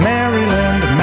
Maryland